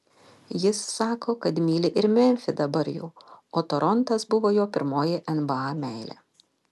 jis sako kad myli ir memfį dabar jau o torontas buvo jo pirmoji nba meilė